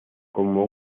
como